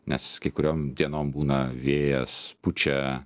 nes kai kuriom dienom būna vėjas pučia